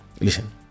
listen